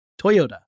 Toyota